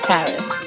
Paris